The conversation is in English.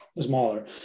smaller